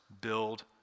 build